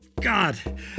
God